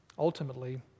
ultimately